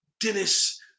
Dennis